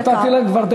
נתתי לך כבר.